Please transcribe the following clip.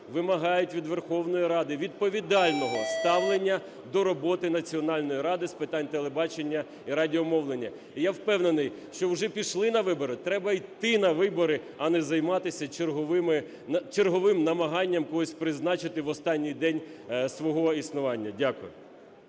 вимагають від Верховної Ради відповідального ставлення до роботи Національної ради з питань телебачення і радіомовлення. Я впевнений, що вже пішли на вибори, треба йти на вибори, а не займатися черговим намаганням когось призначити в останній день свого існування. Дякую.